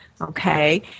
Okay